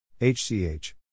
HCH